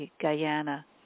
Guyana